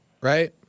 right